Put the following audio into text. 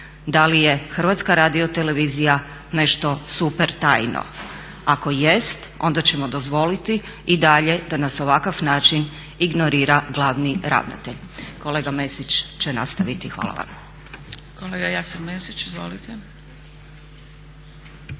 Da li je Hrvatska radiotelevizija nešto super tajno? Ako jest onda ćemo dozvoliti i dalje da nas ovakav način ignorira glavni ravnatelj. Kolega Mesić će nastaviti. Hvala vam. **Zgrebec, Dragica